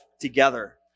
together